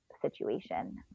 situation